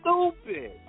stupid